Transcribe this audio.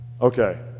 Okay